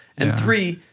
and three,